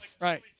Right